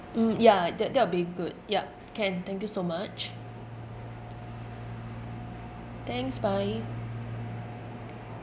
mm ya that that would be good yup can thank you so much thanks bye